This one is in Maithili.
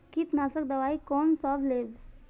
कीट नाशक दवाई कोन सा लेब?